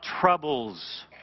troubles